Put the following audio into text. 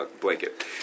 blanket